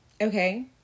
Okay